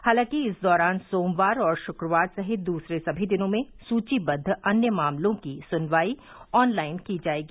हालांकि इस दौरान सोमवार और शुक्रवार सहित दूसरे सभी दिनों में सूचीबद्ध अन्य मामलों की सुनवाई ऑनलाइन की जाएगी